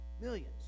Millions